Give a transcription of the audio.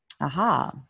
Aha